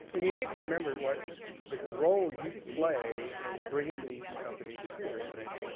and you need to remember what the role you play in bringing these companies here. it's it's